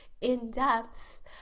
in-depth